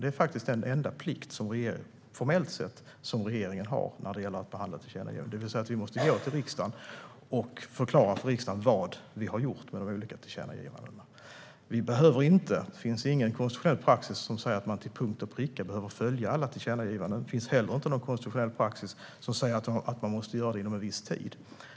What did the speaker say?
Det är den enda plikt, formellt sett, som regeringen har när det gäller att behandla tillkännagivanden, det vill säga att vi måste gå till riksdagen och förklara vad vi har gjort med de olika tillkännagivandena. Det finns ingen konstitutionell praxis som säger att man till punkt och pricka behöver följa alla tillkännagivanden. Det finns heller ingen konstitutionell praxis som säger att det måste göras inom en viss tid.